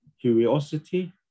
curiosity